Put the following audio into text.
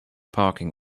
parking